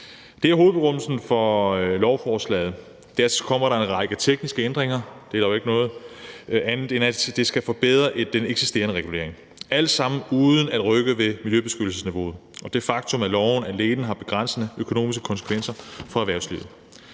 Det er hovedbegrundelsen for lovforslaget. Dertil kommer der en række tekniske ændringer, og det ligger der jo ikke noget andet i, end at det skal forbedre den eksisterende regulering – alt sammen uden at rykke ved miljøbeskyttelsesniveauet og det faktum, at loven alene har begrænsede økonomiske konsekvenser for erhvervslivet.